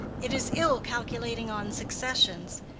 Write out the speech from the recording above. it is ill calculating on successions,